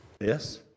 Yes